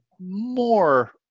more